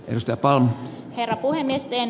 jos jatkaa enää puhemiesten